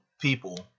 People